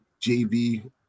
JV